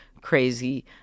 crazy